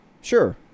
Sure